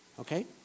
Okay